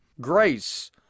grace